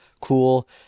cool